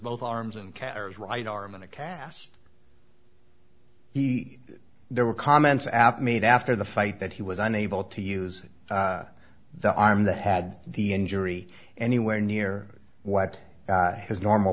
both arms and carries right arm in a cast he there were comments out made after the fight that he was unable to use the arm that had the injury anywhere near what his normal